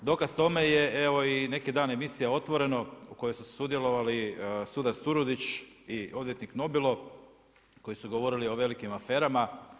Dokaz tome je evo i neki dan emisija Otvoreno u kojoj su sudjelovali sudac Turudići i odvjetnik Nobilo koji su govorili o velikim aferama.